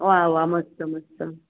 वा वा मस्त मस्त